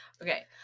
Okay